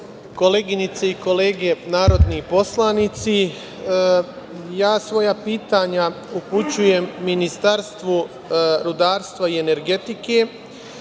koleginice i kolege narodni poslanici, ja svoja pitanja upućujem Ministarstvu rudarstva i energetike,